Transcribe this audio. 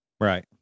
Right